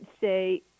say